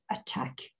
attack